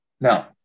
Now